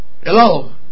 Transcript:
Hello